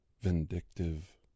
vindictive